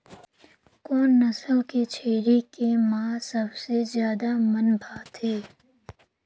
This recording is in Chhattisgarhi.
कोन नस्ल के छेरी के मांस सबले ज्यादा मन भाथे?